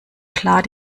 klar